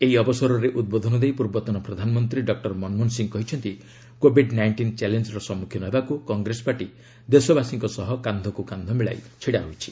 ଏହି ଅବସରରେ ଉଦ୍ବୋଧନ ଦେଇ ପୂର୍ବତନ ପ୍ରଧାନମନ୍ତ୍ରୀ ଡକ୍ଟର ମନମୋହନ ସିଂହ କହିଛନ୍ତି କୋଭିଡ୍ ନାଇଷ୍ଟିନ୍ ଚ୍ୟାଲେଞ୍ଜର ସମ୍ମୁଖୀନ ହେବାକୁ କଂଗ୍ରେସ ପାର୍ଟି ଦେଶବାସୀଙ୍କ ସହ କାନ୍ଧକୁ କାନ୍ଧ ମିଳାଇ ଛିଡ଼ା ହୋଇଛି